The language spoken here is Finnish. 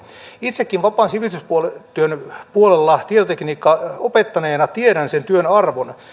itsekin vapaan sivistystyön puolella tietotekniikkaa opettaneena tiedän sen työn arvon